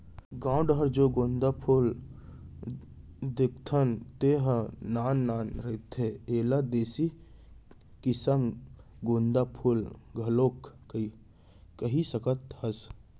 गाँव डाहर जेन गोंदा फूल देखथन तेन ह नान नान रहिथे, एला देसी किसम गोंदा फूल घलोक कहि सकत हस